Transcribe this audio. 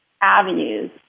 avenues